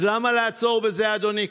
אז למה לעצור בזה, אדוני?